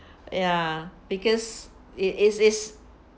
ya because it is is